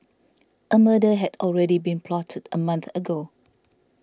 a murder had already been plotted a month ago